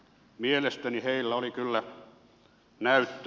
mielestäni heillä oli kyllä näyttö